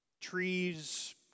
trees